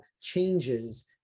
changes